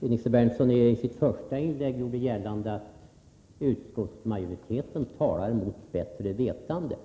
Nils Berndtson gjorde i sitt första inlägg gällande att utskottsmajoriteten talar mot bättre vetande.